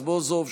יואל רזבוזוב,